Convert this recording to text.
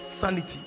sanity